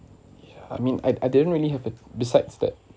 I mean I I didn't really have uh besides that